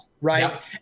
Right